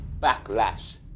backlash